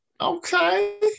okay